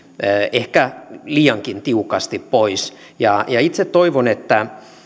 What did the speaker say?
ehkä liiankin tiukasti pois itse toivon että